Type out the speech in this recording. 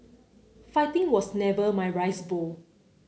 fighting was never my rice bowl